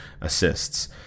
assists